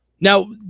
now